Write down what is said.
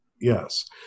Yes